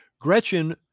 Gretchen